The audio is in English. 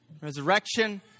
resurrection